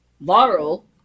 Laurel